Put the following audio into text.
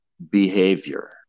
behavior